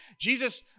Jesus